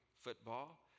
football